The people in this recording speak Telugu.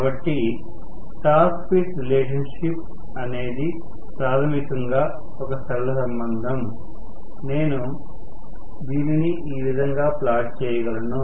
కాబట్టి టార్క్ స్పీడ్ రిలేషన్షిప్ అనేది ప్రాథమికంగా ఒక సరళ సంబంధం నేను ఈ విధంగా ప్లాట్ చేయగలను